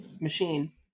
machine